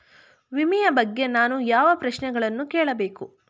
ವಿಮೆಯ ಬಗ್ಗೆ ನಾನು ಯಾವ ಪ್ರಶ್ನೆಗಳನ್ನು ಕೇಳಬೇಕು?